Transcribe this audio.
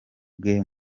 bwe